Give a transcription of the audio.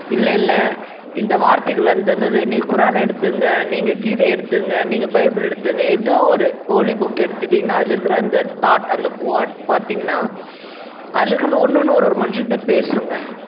இல்லை இல்லை இந்த வார்த்தைகள் அந்த இந்த என்னது நீங்கள் குரான் எடுத்துக்கோங்க நீங்கள் கீதையை எடுத்துக்கோங்க நீங்கள் பைபிள் எடுத்துக்கோங்க ஏதோ ஒரு ஹோலி புக் எடுத்துகிட்டிங்கனா அதில் இருக்கிற அந்த தாட் அந்த கோவாட் பார்த்தீங்கனா அதில் இருக்கிறது ஒன்று ஒன்றும் ஒரு ஒரு மனுஷன்கிட்ட பேசுங்க